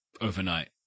overnight